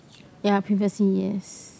ya previously yes